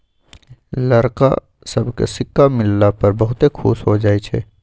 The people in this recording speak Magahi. लइरका सभके सिक्का मिलला पर बहुते खुश हो जाइ छइ